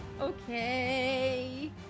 okay